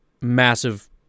massive